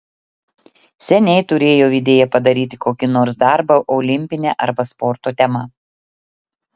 seniai turėjau idėją padaryti kokį nors darbą olimpine arba sporto tema